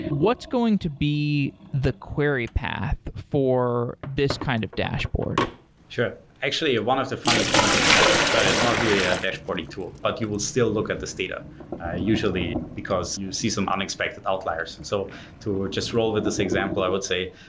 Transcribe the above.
what's going to be the query path for this kind of dashboard? sure. actually, one of the funny things is that that it's not really a dashboard tool, but you will still look at this data usually because you see some unexpected outliers. so to just roll with this example, i would say,